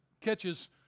catches